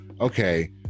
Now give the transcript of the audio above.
okay